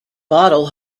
bottle